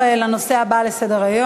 נעבור לנושא הבא על סדר-היום: